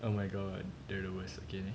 oh my god they're the worst